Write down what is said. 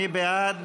מי בעד?